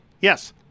Yes